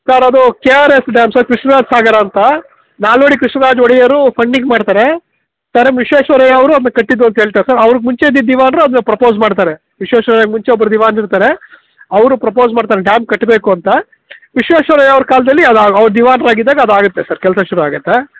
sir ಅದು K R S dam sir Krishnaraja Sagara ಅಂತ ನಾಲ್ವಡಿ ಕೃಷ್ಣರಾಜ್ ಒಡೆಯರು ಫಂಡಿಂಗ್ ಮಾಡ್ತಾರೆ ಸರ್ ಎಂ ವಿಶ್ವೇಶ್ವರಯ್ಯ ಅವರು ಅದನ್ನ ಕಟ್ಟಿದ್ದು ಅಂತ ಹೇಳ್ತಾರೆ ಸರ್ ಅವರಿಗೆ ಮುಂಚೆ ಇದ್ದಿದ್ದ ದಿವಾನರು ಅದನ್ನ ಪ್ರಪೋಸ್ ಮಾಡ್ತಾರೆ ವಿಶ್ವೇಶ್ವರಯ್ಯ ಮುಂಚೆ ಒಬ್ಬರು ದಿವಾನರು ಇರ್ತಾರೆ ಅವರು ಪ್ರಪೋಸ್ ಮಾಡ್ತಾರೆ ಡ್ಯಾಮ್ ಕಟ್ಟಬೇಕು ಅಂತ ವಿಶ್ವೇಶ್ವರಯ್ಯ ಅವರ ಕಾಲದಲ್ಲಿ ಅದು ಅವರು ದಿವಾನರಾಗಿದ್ದಾಗ ಅದಾಗುತ್ತೆ ಸರ್ ಕೆಲಸ ಶುರುವಾಗುತ್ತೆ